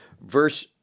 verse